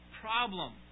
problem